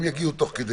והם יגיעו תוך כדי.